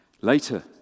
Later